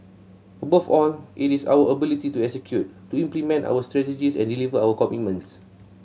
above all it is our ability to execute to implement our strategies and deliver our commitments